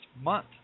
month